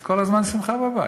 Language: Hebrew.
אז כל הזמן שמחה בבית,